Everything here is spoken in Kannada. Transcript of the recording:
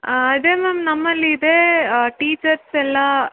ಹಾಂ ಅದೇ ಮ್ಯಾಮ್ ನಮ್ಮಲ್ಲಿ ಇದೇ ಟೀಚರ್ಸ್ ಎಲ್ಲ